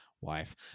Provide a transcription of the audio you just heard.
wife